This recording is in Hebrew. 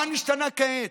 מה נשתנה כעת?